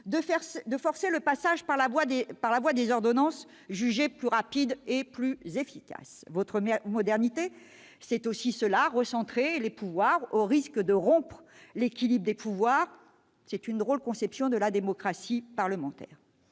de forcer le passage par la voie des ordonnances, jugées plus rapides et plus efficaces. Votre modernité, c'est aussi cela : recentrer les pouvoirs au risque de rompre l'équilibre des pouvoirs. Drôle de conception de la démocratie parlementaire